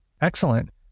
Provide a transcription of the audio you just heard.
Excellent